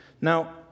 Now